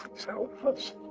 so much,